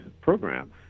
program